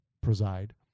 preside